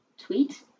Tweet